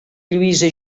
lluïsa